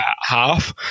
half